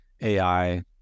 AI